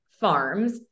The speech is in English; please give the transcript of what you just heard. farms